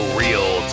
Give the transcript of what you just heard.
real